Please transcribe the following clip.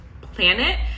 planet